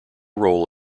role